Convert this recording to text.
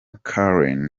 karen